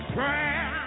Prayer